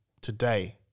today